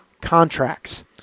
contracts